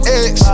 ex